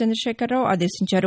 చంద్రశేఖరరావు ఆదేశించారు